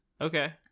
Okay